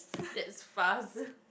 that's fast